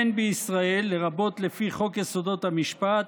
הן בישראל, לרבות לפי חוק יסודות המשפט,